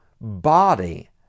body